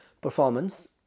performance